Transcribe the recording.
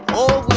oh,